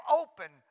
open